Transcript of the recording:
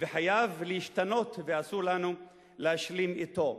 וחייב להשתנות ואסור לנו להשלים אתו".